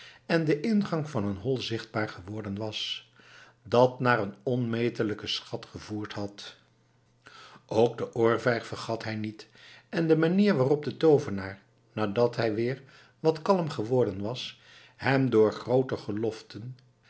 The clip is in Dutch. en de ingang van een hol zichtbaar geworden was dat naar een onmetelijken schat gevoerd had ook de oorvijg vergat hij niet en de manier waarop de toovenaar nadat hij weer wat kalm geworden was hem door groote beloften